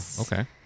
Okay